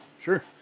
Sure